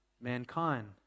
mankind